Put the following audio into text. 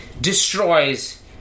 destroys